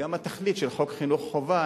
וגם התכלית של חוק חינוך חובה,